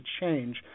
change